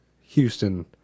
Houston